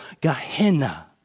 Gehenna